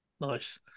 Nice